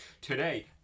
Today